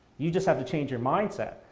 you just have to change your mindset.